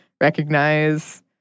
recognize